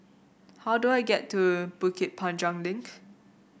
how do I get to Bukit Panjang Link